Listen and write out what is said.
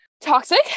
toxic